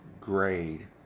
grade